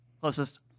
Closest